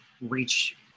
reach